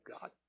God